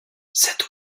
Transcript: cette